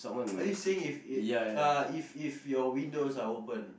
are you saying if if uh if if your windows are open